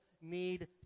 need